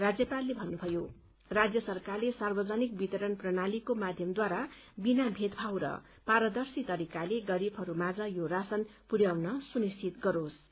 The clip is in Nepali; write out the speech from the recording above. राज्यपालले भन्नुभयो राज्य सरकारले सार्वजनिक वितरण प्रणालीको माध्यमद्वारा बिना भेदभाव र पारदर्शी तरिकाले गरीबहरू माझ यो राशन पुरयाउन सुनिश्चित गरोसु